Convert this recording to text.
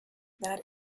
that